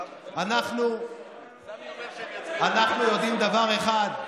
אנחנו יודעים דבר אחד,